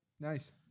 Nice